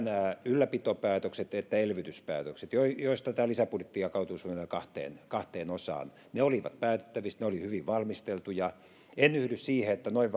ylläpitopäätökset että elvytyspäätökset joista joista tämä lisäbudjetti jakautuu suunnilleen kahteen osaan olivat päätettävissä ne olivat hyvin valmisteltuja en yhdy siihen että noin